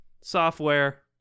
software